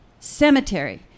Cemetery